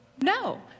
No